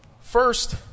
First